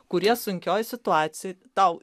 kurie sunkioj situacijoj tau